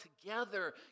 together